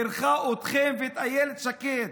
היא בירכה אתכם ואת אילת שקד.